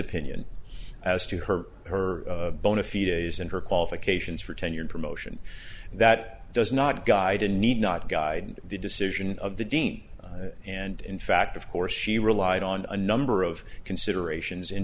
opinion as to her her own a few days and her qualifications for tenure promotion that does not guide a need not guide the decision of the dean and in fact of course she relied on a number of considerations in